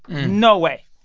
no way.